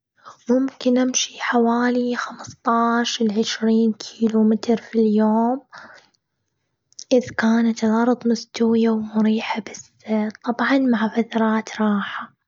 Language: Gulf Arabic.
ممكن أمشي حوالي خمستاش ل عشرين كيلو متر في اليوم، إذ كانت الارض مستوية ومريحة بس طبعاً مع بذرات راحة.